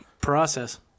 process